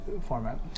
format